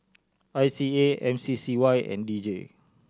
I C A M C C Y and D J